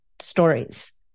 stories